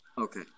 Okay